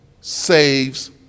saves